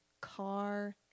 car